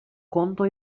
contro